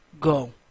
Go